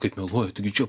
kaip meluoja taigi čia